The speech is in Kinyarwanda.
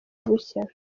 bushya